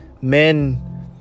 Men